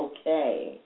okay